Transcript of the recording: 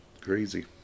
crazy